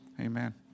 Amen